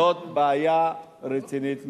וזאת בעיה רצינית מאוד.